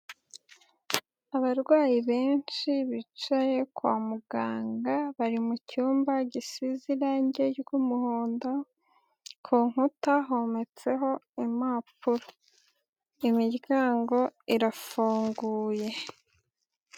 Abarwayi benshi bicaye kwa muganga bari mu cyumba gisize irange ry'umuhondo, ku nkuta hometseho impapuro, imiryango irafunguye.